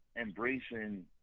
embracing